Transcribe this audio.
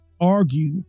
argue